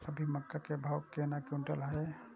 अभी मक्का के भाव केना क्विंटल हय?